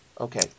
Okay